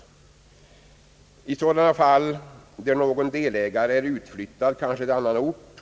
I sådant fall då någon delägare är utflyttad till annan ort och därifrån skall Ang.